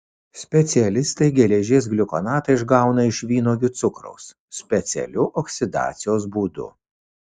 specialistai geležies gliukonatą išgauna iš vynuogių cukraus specialiu oksidacijos būdu